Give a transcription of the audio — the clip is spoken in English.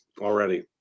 already